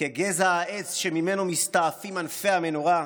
כגזע העץ שממנו מסתעפים ענפי המנורה,